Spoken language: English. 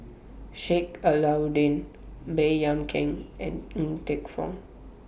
Sheik Alau'ddin Baey Yam Keng and Ng Teng Fong